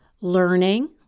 learning